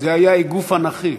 זה היה איגוף אנכי.